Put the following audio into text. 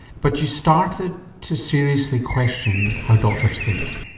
but you started to seriously question how doctors think?